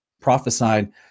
prophesied